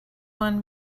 one